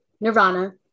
Nirvana